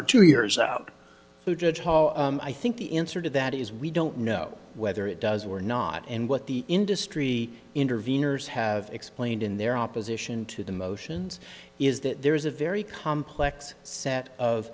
or two years out i think the answer to that is we don't know whether it does we're not and what the industry intervenors have explained in their opposition to the motions is that there is a very complex set of